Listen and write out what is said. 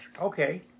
Okay